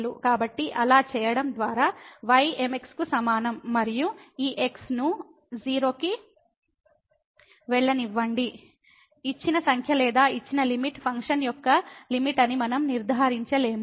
కాబట్టి అలా చేయడం ద్వారా y mx కు సమానం మరియు ఈ x ను 0 కి వెళ్ళనివ్వండి ఇచ్చిన సంఖ్య లేదా ఇచ్చిన లిమిట్ ఫంక్షన్ యొక్క లిమిట్ అని మనం నిర్ధారించలేము